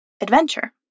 adventure